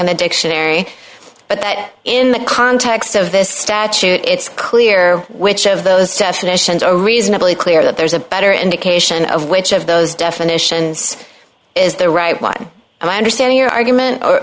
in the dictionary but in the context of this statute it's clear which of those definitions are reasonably clear that there's a better and occasion of which of those definitions is the right one and i understand your argument cor